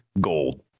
gold